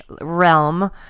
realm